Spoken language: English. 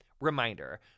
Reminder